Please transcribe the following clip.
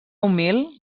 humil